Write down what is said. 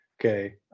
okay